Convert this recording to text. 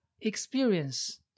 experience